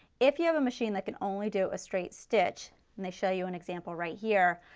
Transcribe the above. if you have a machine that can only do a straight stitch and they show you an example right here,